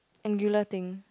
angular thing